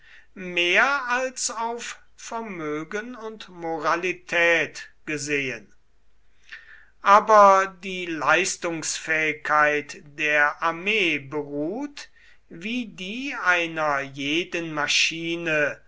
mehr als auf vermögen und moralität gesehen aber die leistungsfähigkeit der armee beruht wie die einer jeden maschine